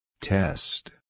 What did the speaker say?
Test